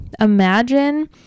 imagine